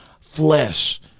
flesh